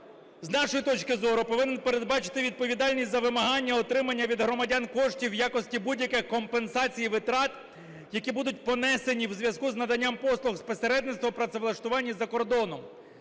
з нашої точки зору, повинен передбачити відповідальність за вимагання отримання від громадян коштів в якості будь-яких компенсацій і витрат, які будуть понесені в зв'язку з наданням послуг з посередництва в працевлаштуванні за кордоном,